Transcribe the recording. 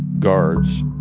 guards,